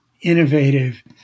innovative